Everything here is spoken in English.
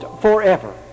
forever